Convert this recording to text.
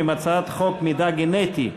אני קובע כי הצעת החוק אושרה בקריאה